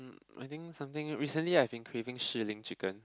I think something recently I've been craving Shihlin chicken